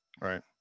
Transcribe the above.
Right